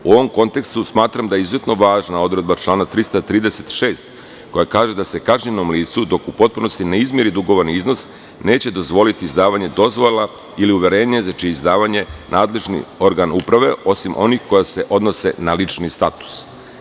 U ovom kontekstu smatram da je izuzetno važna odredba člana 336. koja kaže da se kažnjenom licu, dok u potpunosti ne izmiri dugovani iznos, neće dozvoliti izdavanje dozvola ili uverenje za čije je izdavanje nadležni organ uprave, osim onih koje se odnose na lični status.